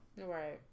right